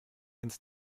ins